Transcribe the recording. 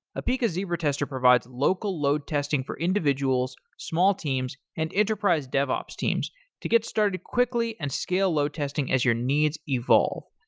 apica zebra tester provides local load testing for individuals, small teams, and enterprise devops teams to get started quickly and scale load testing as your needs evolve.